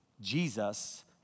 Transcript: Jesus